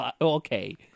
Okay